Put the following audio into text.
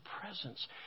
presence